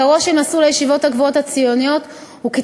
עיקרו של מסלול הישיבות הגבוהות הציוניות הוא כי